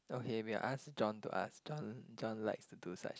okay we'll ask John to ask John John likes to do such